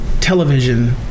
television